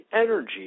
energy